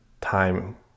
time